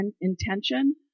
intention